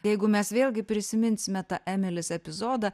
jeigu mes vėlgi prisiminsime tą emilės epizodą